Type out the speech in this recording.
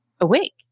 awake